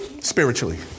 Spiritually